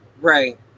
Right